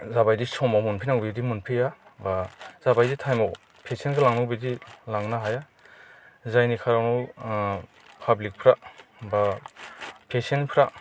जाबायदि समाव मोनफैनांगौ बिदि मोनफैया बा जाबायदि टायमाव पेसेन्टखौ लाङो बिदि लांनो हाया जायनि खारनाव पाब्लिकफ्रा बा पेसेन्टफ्रा